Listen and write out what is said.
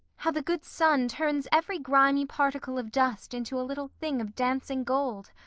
how the good sun turns every grimy particle of dust into a little thing of dancing gold?